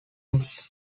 news